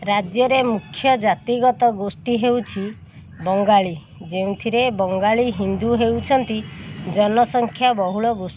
ରାଜ୍ୟର ମୁଖ୍ୟ ଜାତିଗତ ଗୋଷ୍ଠୀ ହେଉଛି ବଙ୍ଗାଳୀ ଯେଉଁଥିରେ ବଙ୍ଗାଳୀ ହିନ୍ଦୁ ହେଉଛନ୍ତି ଜନସଂଖ୍ୟା ବହୁଳ ଗୋଷ୍ଠୀ